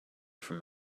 from